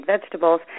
vegetables